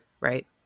Right